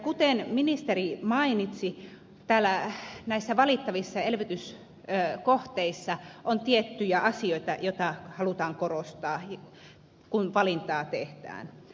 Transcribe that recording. kuten ministeri mainitsi näissä valittavissa elvytyskohteissa on tiettyjä asioita joita halutaan korostaa kun valintaa tehdään